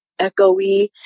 echoey